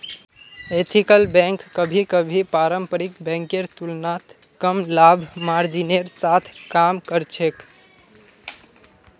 ethical bank कभी कभी पारंपरिक बैंकेर तुलनात कम लाभ मार्जिनेर साथ काम कर छेक